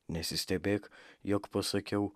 nesistebėk jog pasakiau